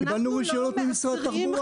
קיבלנו רישיונות ממשרד התחבורה, לא?